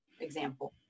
example